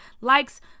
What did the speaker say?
likes